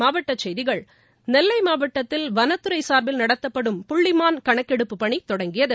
மாவட்டச்செய்திகள் நெல்லை மாவட்டத்தில் வனத்துறை சார்பில் நடத்தப்படும் புள்ளிமான் கணக்கெடுப்பு பணி துவங்கியது